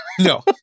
No